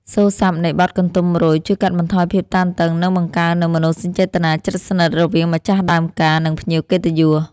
សូរស័ព្ទនៃបទកន្ទុំរុយជួយកាត់បន្ថយភាពតានតឹង និងបង្កើតនូវមនោសញ្ចេតនាជិតស្និទ្ធរវាងម្ចាស់ដើមការ និងភ្ញៀវកិត្តិយស។